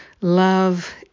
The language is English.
Love